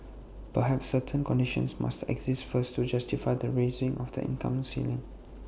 perhaps certain conditions must exist first to justify the raising of the income ceiling